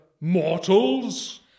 mortals